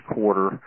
Quarter